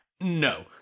No